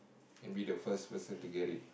and be the first person to get it